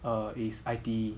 err is I_T_E